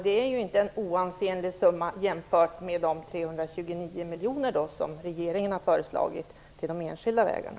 Det är en inte oansenlig summa jämfört med de 329 miljoner som regeringen har föreslagit för de enskilda vägarna.